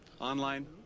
online